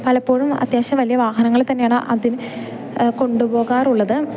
പലപ്പോഴും അത്യാവശ്യം വലിയ വാഹനങ്ങളിൽ തന്നെയാണ് അതിന് കൊണ്ടു പോകാറുള്ളത്